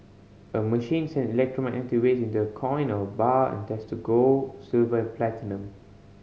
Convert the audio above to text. a machine sends waves into a coin or bar and test gold silver and platinum